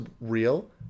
real